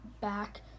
back